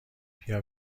بیا